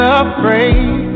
afraid